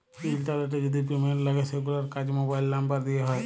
ইলটারলেটে যদি পেমেল্ট লাগে সেগুলার কাজ মোবাইল লামবার দ্যিয়ে হয়